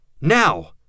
Now